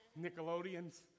Nickelodeons